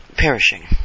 perishing